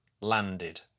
landed